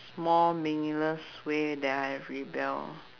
small meaningless way that I have rebel